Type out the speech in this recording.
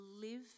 live